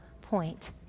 point